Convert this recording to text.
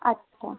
আচ্ছা